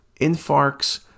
infarcts